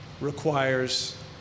requires